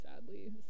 sadly